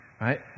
Right